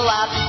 up